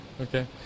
Okay